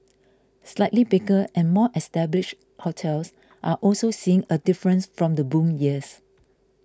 slightly bigger and more established hotels are also seeing a difference from the boom years